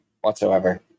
whatsoever